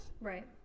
Right